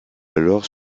alors